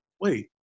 wait